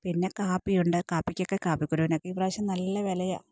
പിന്നെ കാപ്പിയുണ്ട് കാപ്പിക്കൊക്കെ കാപ്പിക്കുരുവിനൊക്കെ ഇപ്രാവശ്യം നല്ല വിലയാ